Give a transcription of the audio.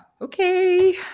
Okay